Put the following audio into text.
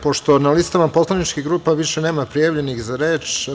Pošto na listama poslaničkih grupa više nema prijavljenih za reč.